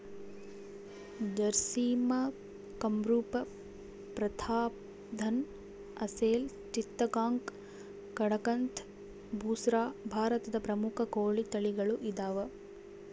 ಜರ್ಸಿಮ್ ಕಂರೂಪ ಪ್ರತಾಪ್ಧನ್ ಅಸೆಲ್ ಚಿತ್ತಗಾಂಗ್ ಕಡಕಂಥ್ ಬುಸ್ರಾ ಭಾರತದ ಪ್ರಮುಖ ಕೋಳಿ ತಳಿಗಳು ಇದಾವ